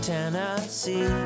Tennessee